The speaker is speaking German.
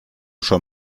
schon